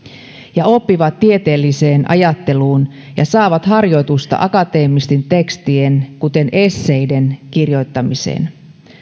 ja oppivat tieteelliseen ajatteluun ja saavat harjoitusta akateemisten tekstien kuten esseiden kirjoittamiseen